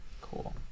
Cool